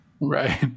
Right